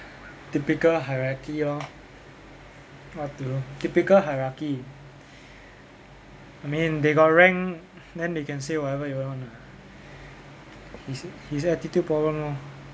typical hierarchy lor what to do typical hierarchy I mean they got rank then they can say whatever they want ah his his attitude problem lor